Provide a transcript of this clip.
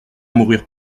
mourir